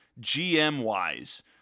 GM-wise